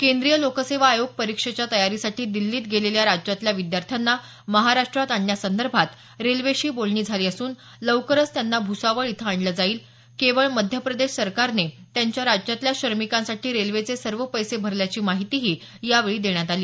केंद्रीय लोकसेवा आयोग परीक्षेच्या तयारीसाठी दिल्लीत गेलेल्या राज्यातल्या विद्यार्थ्यांना महाराष्ट्रात आणण्यासंदर्भात रेल्वेशी बोलणी झाली असून लवकरच त्यांना भूसावळ इथं आणलं जाईल केवळ मध्यप्रदेश सरकारने त्यांच्या राज्यातल्या श्रमिकांसाठी रेल्वेचे सर्व पैसे भरल्याची माहितीही यावेळी देण्यात आली